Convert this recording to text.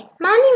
Money